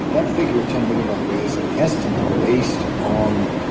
that figure of ten million, by the way, is an estimate based on,